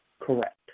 Correct